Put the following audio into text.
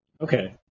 Okay